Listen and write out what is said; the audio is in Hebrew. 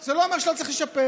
זה לא אומר שלא צריך לשפר.